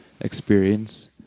experience